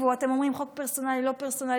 אתם אומרים: חוק פרסונלי, לא פרסונלי.